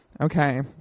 okay